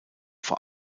vor